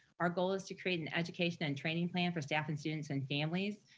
our goal is to create an education and training plan for staff, and students, and families,